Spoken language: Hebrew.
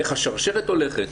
איך השרשרת הולכת,